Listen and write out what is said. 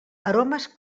aromes